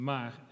Maar